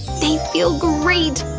they feel great!